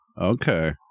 Okay